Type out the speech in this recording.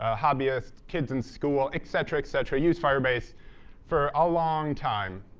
ah hobbyists, kids in school, et cetera, et cetera use firebase for a long time.